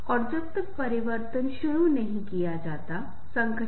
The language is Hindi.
इसलिए हम संबंध के बिना जीवित नहीं रह सकते